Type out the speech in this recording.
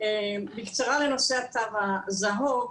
בקצרה לנושא התו הזהוב.